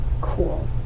Cool